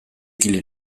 kili